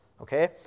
Okay